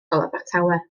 abertawe